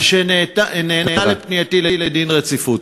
על שנענה לפנייתי להחיל דין רציפות.